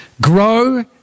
Grow